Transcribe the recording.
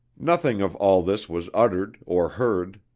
nothing of all this was uttered or heard.